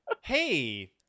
Hey